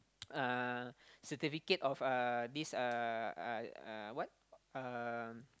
uh certificate of uh this uh uh uh what um